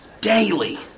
Daily